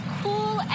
cool